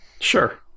Sure